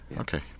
Okay